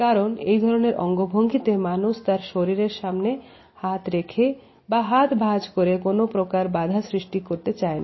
কারণ এই ধরনের অঙ্গভঙ্গিতে মানুষ তার শরীরের সামনে হাত রেখে বা হাত ভাঁজ করে কোন প্রকার বাধার সৃষ্টি করে না